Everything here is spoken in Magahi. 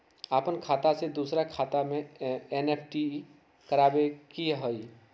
अपन खाते से दूसरा के खाता में एन.ई.एफ.टी करवावे के हई?